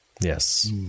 Yes